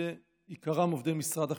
בעיקרם עובדי משרד החינוך.